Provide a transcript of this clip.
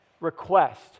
request